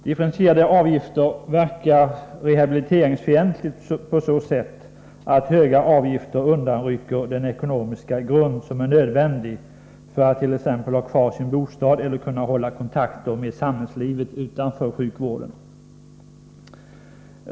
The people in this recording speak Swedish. Differentierade avgifter verkar rehabiliteringsfientligt på så sätt att höga avgifter undanrycker den ekonomiska grund som är nödvändig för att t.ex. ha kvar sin bostad eller kunna hålla kontakten med samhällslivet utanför sjukvården.